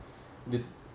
they